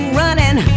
running